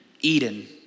Eden